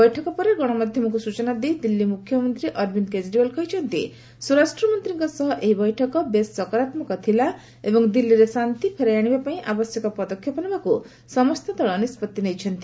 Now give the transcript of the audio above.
ବୈଠକ ପରେ ଗଣମାଧ୍ୟମକୁ ସ୍ବଚନା ଦେଇ ଦିଲ୍ଲୀ ମୁଖ୍ୟମନ୍ତ୍ରୀ ଅରବିନ୍ଦ କେଜରିଓ୍ବାଲ କହିଛନ୍ତି ସ୍ୱରାଷ୍ଟ୍ର ମନ୍ତ୍ରୀଙ୍କ ସହ ଏହି ବୈଠକ ବେଶ୍ ସକରାତ୍କକ ଥିଲା ଏବଂ ଦିଲ୍ଲୀରେ ଶାନ୍ତି ଫେରାଇ ଆଣିବା ପାଇଁ ଆବଶ୍ୟକ ପଦକ୍ଷେପ ନେବାକୁ ସମସ୍ତ ଦଳ ନିଷ୍କଭି ନେଇଛନ୍ତି